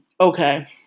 okay